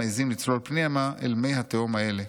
מעיזים לצלול פנימה אל מי התהום האלה.